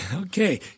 Okay